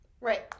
Right